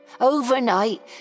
Overnight